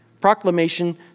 Proclamation